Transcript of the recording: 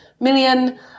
million